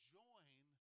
join